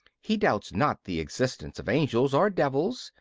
he doubts not the existence of angels or devils,